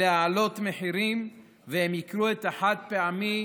להעלות מחירים, והם ייקרו את החד-פעמי